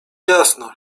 jasno